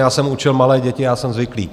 Já jsem učil malé děti, jsem zvyklý.